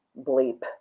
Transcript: bleep